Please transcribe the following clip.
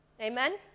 Amen